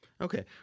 Okay